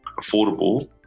affordable